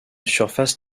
surface